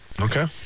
Okay